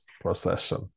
procession